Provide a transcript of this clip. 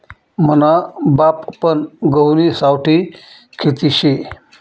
मना बापपन गहुनी सावठी खेती शे